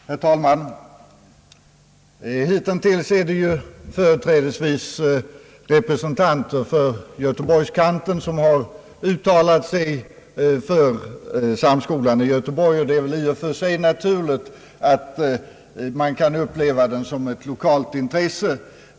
Herr talman! Hitintills är det ju företrädesvis representanter för Göteborg som har uttalat sig för Samskolan i Göteborg, och det är väl i och för sig naturligt att man kan uppleva den såsom ett lokalintresse.